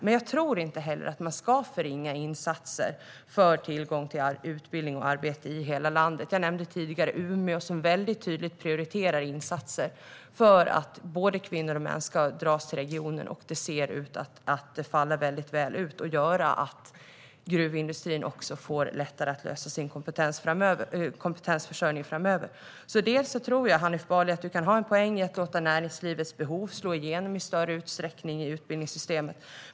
Men jag tror inte heller att man ska förringa insatser för tillgång till utbildning och arbete i hela landet. Jag nämnde tidigare Umeå, som mycket tydligt prioriterar insatser för att både kvinnor och män ska dras till regionen. Det ser ut att falla mycket väl ut. Då blir det lättare för gruvindustrin att lösa sin kompetensförsörjning framöver. Jag tror att du, Hanif Bali, kan ha en poäng i att låta näringslivets behov slå igenom i större utsträckning i utbildningssystemet.